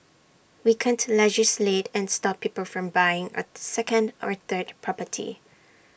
we can't legislate and stop people from buying A second or third property